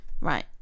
Right